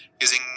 using